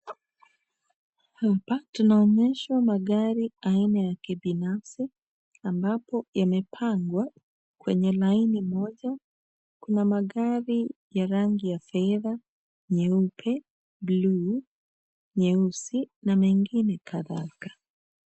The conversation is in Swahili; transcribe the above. Hapa tunaonyeshwa magari aina ya kibinafsi ambapo imepangwa kwenye laini moja. Kuna magari ya rangi ya fedha, nyeupe, bluu, nyeusi na mengine kadhaa.